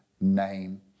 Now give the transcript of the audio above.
name